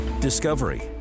discovery